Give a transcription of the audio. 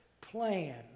plan